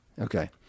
okay